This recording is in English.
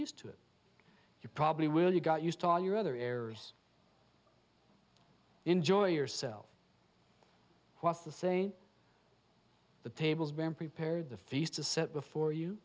used to it you probably will you got used to all your other errors enjoy yourself what's the say the tables been prepared the feast to set before you